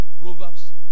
proverbs